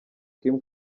kim